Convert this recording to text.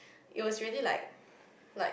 it was really like like